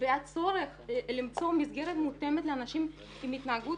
והצורך למצוא מסגרת מותאמת לאנשים עם התנהגות